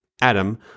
Adam